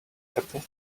happy